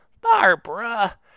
Barbara